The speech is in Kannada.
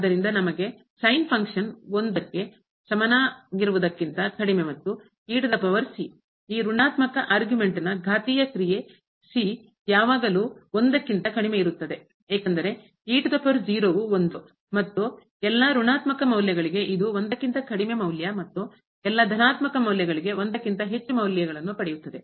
ಆದ್ದರಿಂದ ನಮಗೆ ಫಂಕ್ಷನ್ ಕಾರ್ಯ ಒಂದು ಸಮನಾಗಿರುವುದಕ್ಕಿಂತ ಕಡಿಮೆ ಮತ್ತು ಈ ಋಣಾತ್ಮಕ ಅರ್ಗುಮೆಂಟ್ ನ ಘಾತೀಯ ಕ್ರಿಯೆ c ಯಾವಾಗಲೂ ಕ್ಕಿಂತ ಇರುತ್ತದೆ ಏಕೆಂದರೆ ವು ಮತ್ತು ಎಲ್ಲಾ ಋಣಾತ್ಮಕ ಮೌಲ್ಯಗಳಿಗೆ ಇದು ಕ್ಕಿಂತ ಕಡಿಮೆ ಮೌಲ್ಯ ಮತ್ತು ಎಲ್ಲಾ ಧನಾತ್ಮಕ ಮೌಲ್ಯಗಳಿಗೆ ಕ್ಕಿಂತ ಹೆಚ್ಚು ಮೌಲ್ಯಗಳನ್ನು ಪಡೆಯುತ್ತದೆ